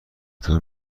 طور